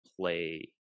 play